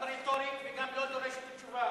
גם רטורית וגם לא דורשת תשובה,